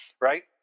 right